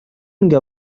میگه